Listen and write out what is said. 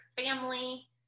family